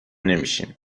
نمیشیم